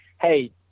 hey